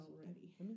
already